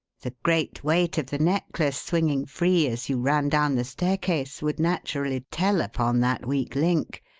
the great weight of the necklace swinging free as you ran down the staircase would naturally tell upon that weak link,